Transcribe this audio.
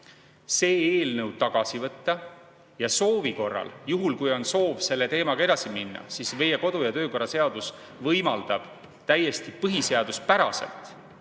see eelnõu tagasi võtta ja juhul kui on soov selle teemaga edasi minna, siis meie kodu‑ ja töökorra seadus võimaldab täiesti põhiseaduspäraselt